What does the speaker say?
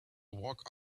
walk